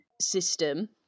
system